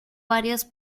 varios